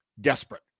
desperate